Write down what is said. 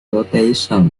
河北省